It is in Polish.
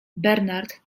bernard